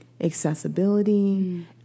Accessibility